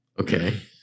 Okay